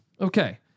Okay